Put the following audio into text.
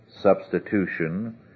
substitution